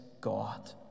God